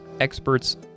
experts